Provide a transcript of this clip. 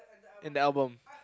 in the album